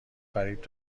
فریب